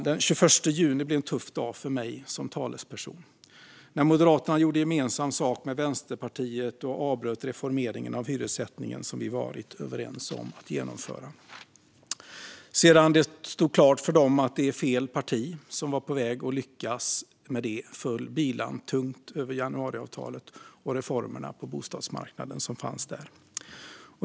Den 21 juni blev en tuff dag för mig som talesperson, när Moderaterna gjorde gemensam sak med Vänsterpartiet och avbröt reformeringen av hyressättningen som vi varit överens om att genomföra. När det stod klart för dem att det var fel parti som var på väg att lyckas med det föll bilan tungt över januariavtalet och de reformer på bostadsmarknaden som fanns där.